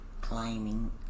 climbing